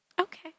Okay